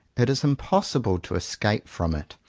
it is impossible to escape from it.